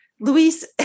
Luis